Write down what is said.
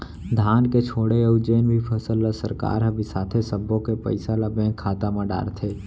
धान के छोड़े अउ जेन भी फसल ल सरकार ह बिसाथे सब्बो के पइसा ल बेंक खाता म डारथे